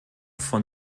von